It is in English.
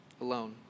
alone